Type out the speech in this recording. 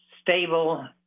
stable